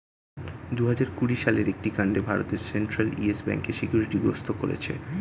দুহাজার কুড়ি সালের একটি কাণ্ডে ভারতের সেন্ট্রাল ইয়েস ব্যাঙ্ককে সিকিউরিটি গ্রস্ত করেছিল